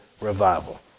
revival